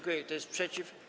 Kto jest przeciw?